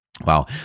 Wow